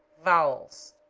vowels.